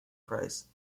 price